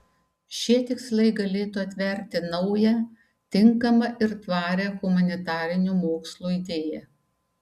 šie tikslai galėtų atverti naują tinkamą ir tvarią humanitarinių mokslų idėją